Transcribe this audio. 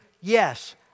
yes